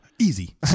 Easy